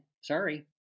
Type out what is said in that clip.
sorry